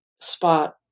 spot